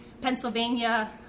Pennsylvania